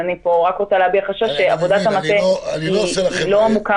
אני פה רק רוצה להביע חשש שעבודת המטה היא לא עמוקה